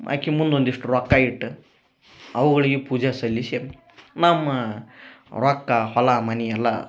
ಆಕಿ ಮುಂದು ಒಂದಿಷ್ಟು ರೊಕ್ಕ ಇಟ್ಟು ಅವುಗಳಿಗೆ ಪೂಜೆ ಸಲ್ಲಿಸಿ ನಮ್ಮ ರೊಕ್ಕ ಹೊಲ ಮನಿ ಎಲ್ಲ